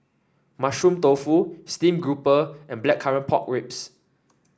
Mushroom Tofu Steamed Grouper and Blackcurrant Pork Ribs